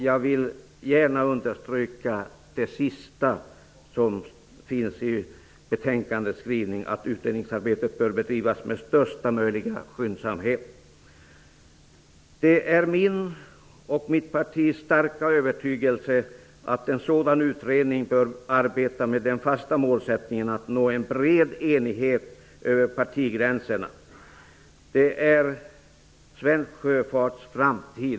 Jag vill gärna understryka denna skrivning från utskottet. Det är min och mitt partis starka övertygelse att en sådan utredning bör arbeta med den fasta målsättningen att nå en bred enighet över partigränserna. Det hela gäller svensk sjöfarts framtid.